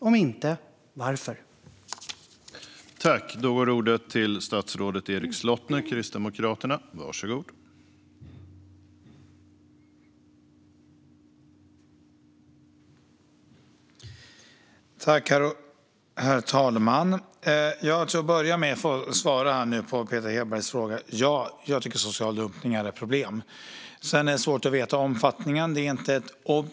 Om man inte är det, varför?